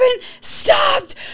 stopped